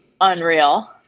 Unreal